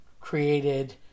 created